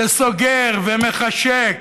שסוגר ומחשק,